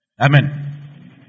Amen